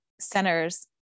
centers